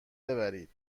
بگیرید